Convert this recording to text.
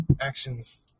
actions